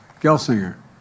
Gelsinger